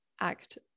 act